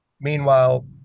Meanwhile